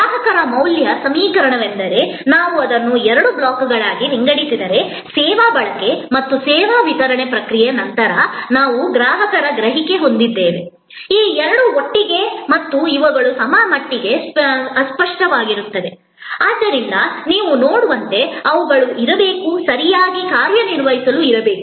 ಗ್ರಾಹಕರ ಮೌಲ್ಯ ಸಮೀಕರಣವೆಂದರೆ ನಾವು ಅದನ್ನು ಎರಡು ಬ್ಲಾಕ್ಗಳಾಗಿ ವಿಂಗಡಿಸಿದರೆ ಸೇವಾ ಬಳಕೆ ಮತ್ತು ಸೇವಾ ವಿತರಣಾ ಪ್ರಕ್ರಿಯೆಯ ನಂತರ ನಾವು ಗ್ರಾಹಕರ ಗ್ರಹಿಕೆ ಹೊಂದಿದ್ದೇವೆ ಈ ಎರಡು ಒಟ್ಟಿಗೆ ಮತ್ತು ಇವುಗಳು ಸ್ವಲ್ಪಮಟ್ಟಿಗೆ ಅಸ್ಪಷ್ಟವಾಗಿರುತ್ತವೆ ಆದ್ದರಿಂದ ನೀವು ನೋಡುವಂತೆ ಅವುಗಳು ಸರಿಯಾಗಿ ನಿರ್ವಹಿಸಬೇಕಾಗಿದೆ